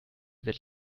wird